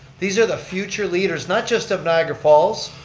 these are the future leaders, not just of niagara falls,